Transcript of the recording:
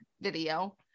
video